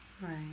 Right